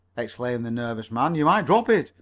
exclaimed the nervous man. you might drop it,